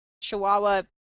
chihuahua